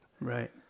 Right